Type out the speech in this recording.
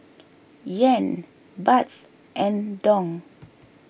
Yen Baht and Dong